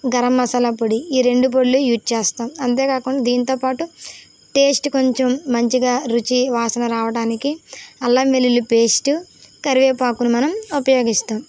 గరం మసాలా పొడి ఈ రెండు పొడులు యూజ్ చేస్తాము ఆంతే కాకుండా దీంతోపాటు టేస్ట్ కొంచెం మంచిగా రుచి వాసన రావడానికి అల్లం వెల్లుల్లి పేస్ట్ కరివేపాకుని మనం ఉపయోగిస్తాము